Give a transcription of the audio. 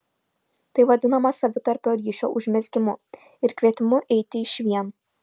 tai vadinama savitarpio ryšio užmezgimu ir kvietimu eiti išvien